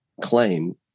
Claim